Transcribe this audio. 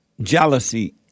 jealousy